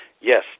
Yes